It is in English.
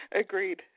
Agreed